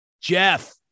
Jeff